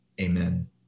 amen